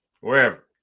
wherever